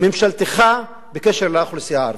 ממשלתך בקשר לאוכלוסייה הערבית?